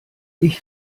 ich